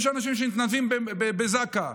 יש אנשים שמתנדבים בזק"א.